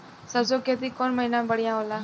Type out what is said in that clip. सरसों के खेती कौन महीना में बढ़िया होला?